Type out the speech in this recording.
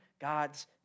God's